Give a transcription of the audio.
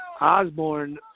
Osborne